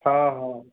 ହଁ ହଁ